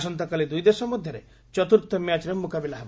ଆସନ୍ତାକାଲି ଦୁଇ ଦେଶ ମଧ୍ୟରେ ଚତୁର୍ଥ ମ୍ୟାଚ୍ରେ ମୁକାବିଲା ହେବ